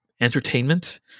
entertainment